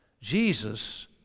Jesus